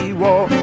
war